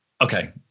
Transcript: okay